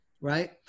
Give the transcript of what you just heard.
right